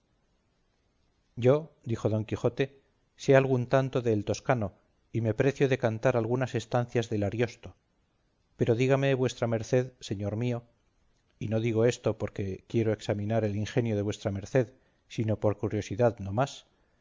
yo dijo don quijote sé algún tanto de el toscano y me precio de cantar algunas estancias del ariosto pero dígame vuesa merced señor mío y no digo esto porque quiero examinar el ingenio de vuestra merced sino por curiosidad no